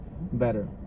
better